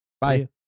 Bye